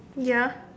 ya